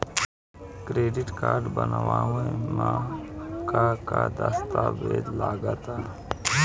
Credit card बनवावे म का का दस्तावेज लगा ता?